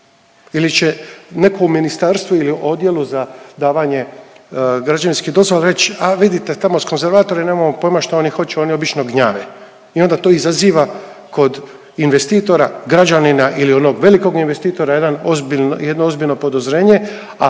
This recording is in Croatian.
ili će neko u ministarstvu ili odjelu za davanje građevinskih dozvola reć, a vidite tamo su konzervatori nemamo pojma šta oni hoće oni obično gnjave i onda to izaziva kod investitora, građanina ili onog velikog investitora jedan ozbiljno podozrenje, a